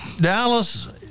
Dallas